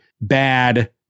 bad